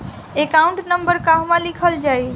Account number कहवा लिखल जाइ?